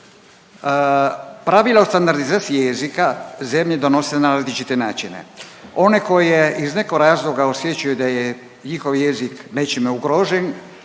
pravilo standardizacije jezika zemlje donose na različite načine. One koje iz nekog razloga osjećaju da je njihov jezik nečime ugrožen,